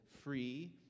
free